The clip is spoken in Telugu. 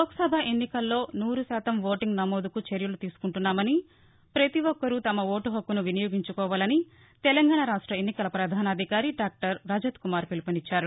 లోక్సభ ఎన్నికల్లో నూరు శాతం ఓటింగ్ నమోదుకు చర్యలు తీసుకుంటున్నామని పతి ఒక్కరూ తమ ఓటు హక్కును వినియోగించుకోవాలని తెలంగాణ రాష్ట ఎన్నికల ప్రధానాధికారి డాక్టర్ రజత్ కుమార్ పిలుపునిచ్చారు